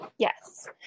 Yes